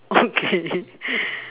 okay